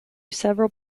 several